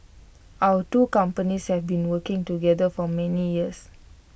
our two companies have been working together for many years